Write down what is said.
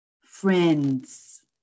friends